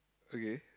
okay